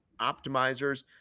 optimizers